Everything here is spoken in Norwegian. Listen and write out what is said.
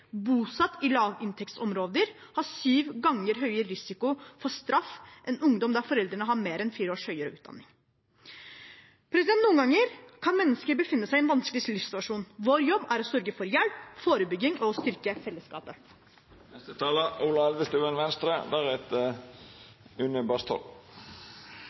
bosatt i lavinntektsområder, har syv ganger høyere risiko for straff enn ungdom der foreldrene har mer enn fire års høyere utdanning. Noen ganger kan mennesker befinner seg i en vanskelig livssituasjon. Vår jobb er å sørge for hjelp, forebygging og å styrke fellesskapet.